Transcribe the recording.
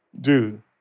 dude